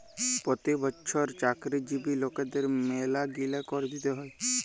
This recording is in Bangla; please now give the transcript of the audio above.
পতি বচ্ছর চাকরিজীবি লকদের ম্যালাগিলা কর দিতে হ্যয়